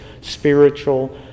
spiritual